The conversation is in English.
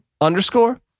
underscore